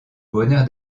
bonheur